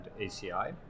ACI